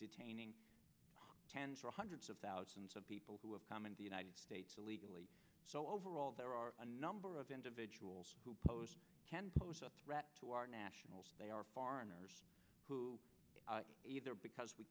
detaining tens or hundreds of thousands of people who have come in the united states illegally so overall there are a number of individuals who pose can pose a threat to our national they are foreigners who either because we